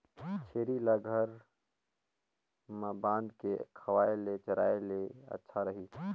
छेरी ल घर म बांध के खवाय ले चराय ले अच्छा रही?